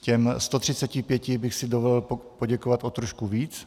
Těm 135 bych si dovolil poděkovat o trošku víc.